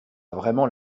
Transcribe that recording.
vraiment